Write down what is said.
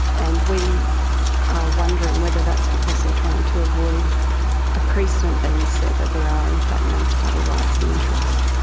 and we are wondering whether that's because they are trying to avoid a precedent being set, that there are in fact native title rights and interests.